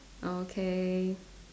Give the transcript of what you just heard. okay